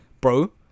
Bro